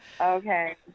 Okay